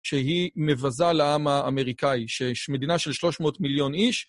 שהיא מבזה לעם האמריקאי, שמדינה של 300 מיליון איש.